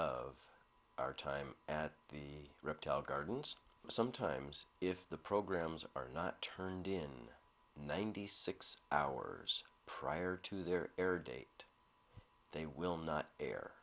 of our time at the reptile gardens sometimes if the programs are not turned in ninety six hours prior to their air date they will not air